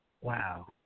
Wow